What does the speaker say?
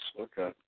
okay